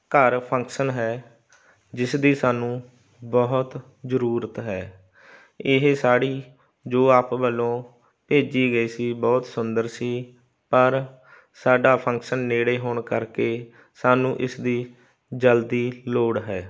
ਘਰ ਫੰਕਸ਼ਨ ਹੈ ਜਿਸ ਦੀ ਸਾਨੂੰ ਬਹੁਤ ਜ਼ਰੂਰਤ ਹੈ ਇਹ ਸਾੜੀ ਜੋ ਆਪ ਵੱਲੋਂ ਭੇਜੀ ਗਈ ਸੀ ਬਹੁਤ ਸੁੰਦਰ ਸੀ ਪਰ ਸਾਡਾ ਫੰਕਸ਼ਨ ਨੇੜੇ ਹੋਣ ਕਰਕੇ ਸਾਨੂੰ ਇਸ ਦੀ ਜਲਦੀ ਲੋੜ ਹੈ